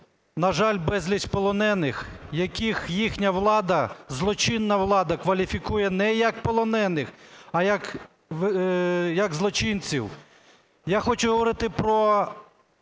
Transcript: на жаль, безліч полонених, яких їхня влада, злочинна влада кваліфікує не як полонених, а як злочинців. Я хочу говорити про